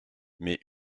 mais